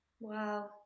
Wow